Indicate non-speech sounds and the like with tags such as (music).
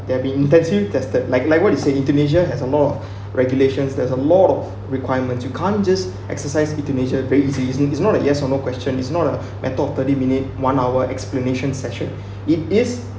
they've been intensive tested like like what you say euthanasia has a lot of (breath) regulations there's a lot of requirements you can't just exercise euthanasia since that's not a yes or no question is not uh (breath) a matter of thirty minute one hour explanation session (breath) it is